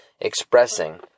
expressing